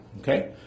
Okay